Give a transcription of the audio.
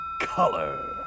color